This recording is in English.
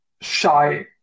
shy